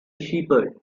shepherd